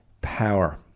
power